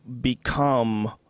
Become